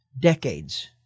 decades